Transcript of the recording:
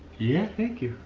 yeah, thank you.